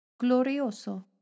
glorioso